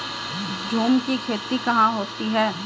झूम की खेती कहाँ होती है?